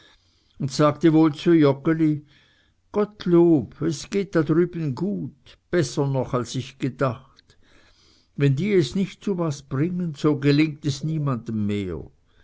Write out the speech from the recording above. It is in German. und sagte wohl zu joggeli gottlob es geht da drüben gut besser noch als ich gedacht wenn die es nicht zu was bringen so gelingt es niemanden mehr